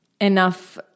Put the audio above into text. enough